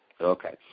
Okay